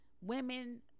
women